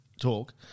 talk